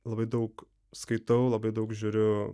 labai daug skaitau labai daug žiūriu